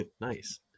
Nice